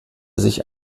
sich